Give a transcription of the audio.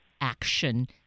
action